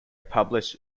published